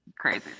crazy